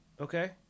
okay